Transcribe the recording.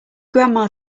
grandma